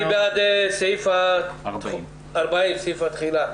מי בעד אישור תקנה 40?